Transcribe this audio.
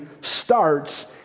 starts